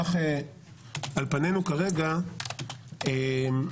חָדַל לְהַשְׂכִּיל